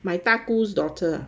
my 大姑 daughter